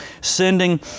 sending